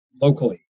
locally